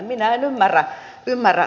minä en ymmärrä tätä